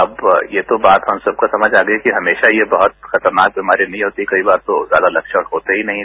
अब ये तो बात हम सबको समझ आ गई कि हमेशा ये बहुत खतरनाक बीमारी नहीं होती कई बार तो ज्यादा लक्षण होते ही नहीं हैं